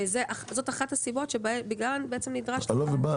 וזאת אחת הסיבות שבגלל נדרש -- אני לא מבין,